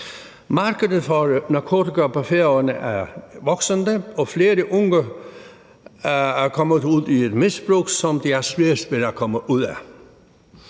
Markedet for narkotika på Færøerne er voksende, og flere af de unge er kommet ud i et misbrug, som de har svært ved at komme ud af.